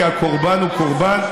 כי הקורבן הוא קורבן,